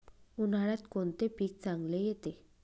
उन्हाळ्यात कोणते पीक चांगले येते?